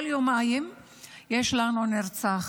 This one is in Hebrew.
כל יומיים יש לנו נרצח.